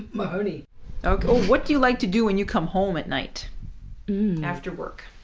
my honey ok. oh, what do you like to do when you come home at night after work?